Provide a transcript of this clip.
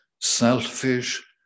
selfish